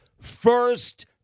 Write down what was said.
first